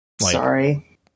Sorry